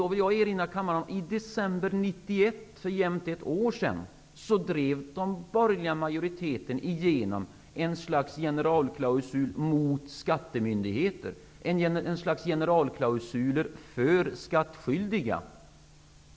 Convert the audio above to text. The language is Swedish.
Jag vill erinra kammaren om att den borgerliga majoriteten i december 1991, för jämnt ett år sedan, drev igenom ett slags generalklausul mot skattemyndigheter, för skattskyldiga.